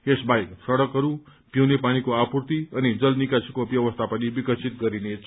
यस बाहेक सड़कहरू पिउने पानीको आपूर्ति अनि जल निाकासी व्यवस्थाको पनि विकसित गरिनेछ